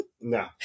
No